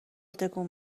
تکون